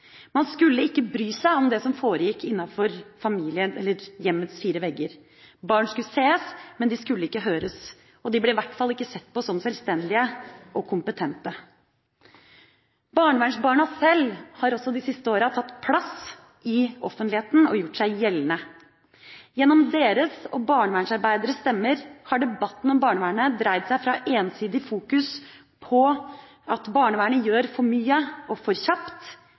Man skulle ikke bry seg om det som foregikk innenfor hjemmets fire vegger. Barn skulle ses, men de skulle ikke høres, og de ble i hvert ikke sett på som sjølstendige og kompetente. Barnevernsbarna sjøl har også de siste åra tatt plass i offentligheten og gjort seg gjeldende. Gjennom deres og barnevernsarbeideres stemmer har debatten om barnevernet dreid seg fra ensidig fokus på at barnevernet gjør for mye og for kjapt,